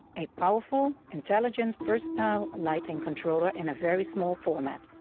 a powerful, intelligent, versatile lighting controller in a very small format.